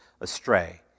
astray